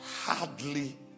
Hardly